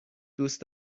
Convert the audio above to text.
دوست